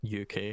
uk